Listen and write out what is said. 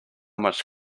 much